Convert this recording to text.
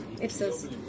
Ipsos